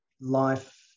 life